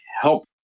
help